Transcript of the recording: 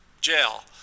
jail